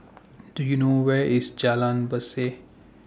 Do YOU know Where IS Jalan Berseh